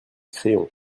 crayons